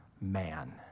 man